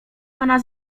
pana